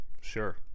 Sure